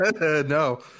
No